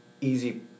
easy